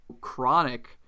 chronic